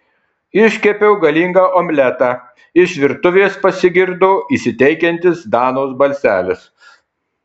iškepiau galingą omletą iš virtuvės pasigirdo įsiteikiantis danos balselis